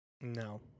No